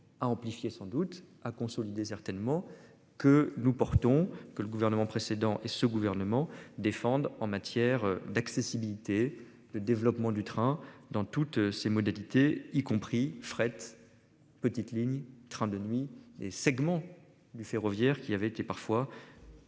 à amplifier sans doute à consolider certainement que nous portons, que le gouvernement précédent et ce gouvernement défendent en matière d'accessibilité, de développement du train dans toutes ses modalités, y compris fret. Petites lignes trains de nuit et segments du ferroviaire, qui avait été parfois.--